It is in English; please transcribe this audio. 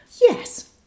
Yes